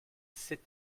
sept